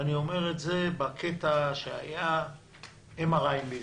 ואני אומר את זה למשל לגבי MRI בישראל.